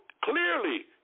clearly